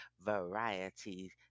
variety